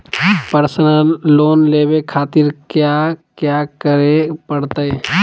Personal loan लेवे खातिर कया क्या करे पड़तइ?